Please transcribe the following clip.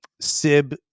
Sib –